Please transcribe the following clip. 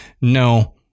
no